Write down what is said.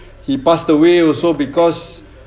he passed away also because